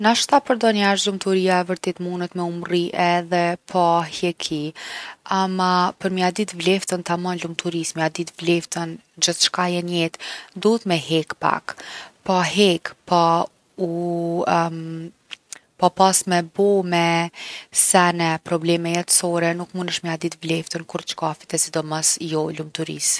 Nashta për do njerz lumturia e vërtetë munet mu mrri edhe pa hjeki. Ama për me ja dit vleftën tamon lumturisë, me ja dit’ vleftën gjithçkaje n’jetë duhet me hek pak. Pa hek, pa u pa pas me bo sene plobleme jetësore nuk munesh me ja dit vleftën kurrçkafit, e sidomos jo lumturisë.